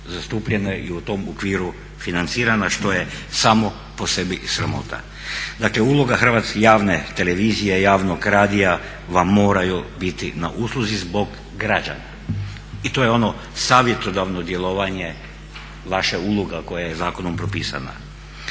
zastupljena i u tom okviru financirana što je samo po sebi sramota. Dakle uloga javne televizije, javnog radija vam moraju biti na usluzi zbog građana i to je ono savjetodavno djelovanje, vaša uloga koja je zakonom propisana.